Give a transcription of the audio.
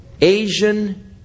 Asian